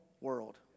world